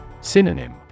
Synonym